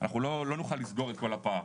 אנחנו לא נוכל לסגור את כל הפער,